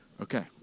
Okay